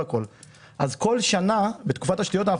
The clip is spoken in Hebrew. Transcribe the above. כל שנה בתקופת השתילות,